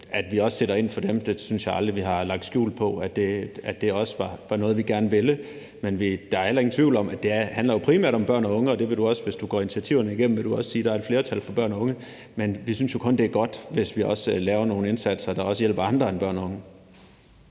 At vi også sætter ind over for dem, synes jeg aldrig vi har lagt skjul på var noget, vi gerne ville. Men der er heller ingen tvivl om, at det her primært handler om børn og unge. Hvis du går initiativerne igennem, vil du også sige, at der er et flertal af det med børn og unge, men vi synes jo kun, at det er godt, hvis vi laver nogle indsatser, der også hjælper andre end børn og unge.